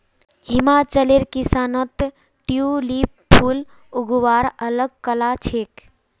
हिमाचलेर किसानत ट्यूलिप फूल उगव्वार अल ग कला छेक